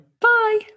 bye